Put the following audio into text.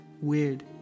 weird